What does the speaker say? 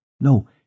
...no